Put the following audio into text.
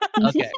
Okay